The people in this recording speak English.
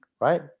Right